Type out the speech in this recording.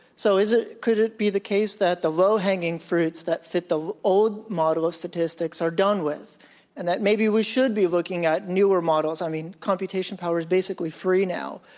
so is it could it be the case that the low-hanging fruits that fit the old model of statistics are done with and that maybe we should be looking at newer models? i mean, computation power is basically free now.